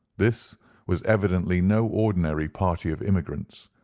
this was evidently no ordinary party of immigrants,